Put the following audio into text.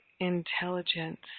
intelligence